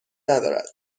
ندارد